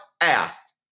asked